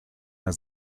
las